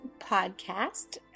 podcast